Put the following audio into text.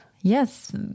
Yes